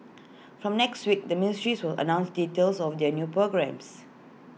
from next week the ministries will announce details of their new programmes